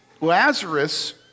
Lazarus